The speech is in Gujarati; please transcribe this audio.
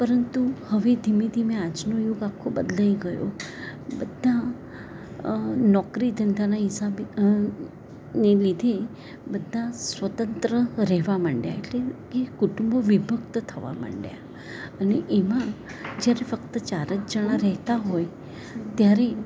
પરંતુ હવે ધીમે ધીમે આજનો યુગ આખો બદલાઈ ગયો બધાં નોકરી ધંધાના હિસાબે ને લીધે બધાં સ્વતંત્ર રહેવાં માંડ્યા એટલે કે કુટુંબ વિભક્ત થવા માંડ્યા અને એમાં જ્યારે ફક્ત ચાર જ જણા રહેતાં હોય ત્યારે